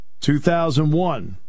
2001